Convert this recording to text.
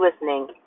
listening